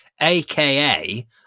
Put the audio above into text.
aka